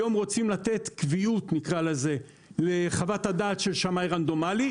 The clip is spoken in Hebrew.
היום רוצים לתת קביעות נקרא לזה כך לחוות הדעת של שמאי רנדומלי,